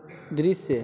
दृश्य